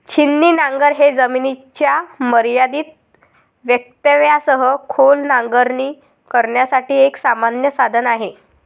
छिन्नी नांगर हे जमिनीच्या मर्यादित व्यत्ययासह खोल नांगरणी करण्यासाठी एक सामान्य साधन आहे